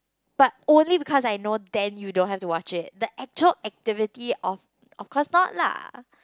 but only because I know then you don't have to watch it the actual activity of of course not lah